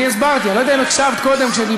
אני הסברתי, אני לא יודע אם הקשבת קודם כשדיברתי.